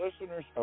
listeners